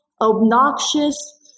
obnoxious